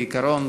בעיקרון,